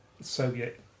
Soviet